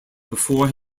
before